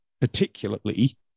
particularly